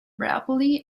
rapidly